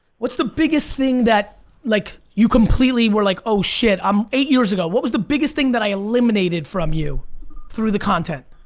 what's the biggest thing that like you completely were like oh shit, um eight years ago, what was the biggest thing that i eliminated from you through the content?